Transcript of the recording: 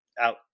out